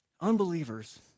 unbelievers